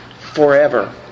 forever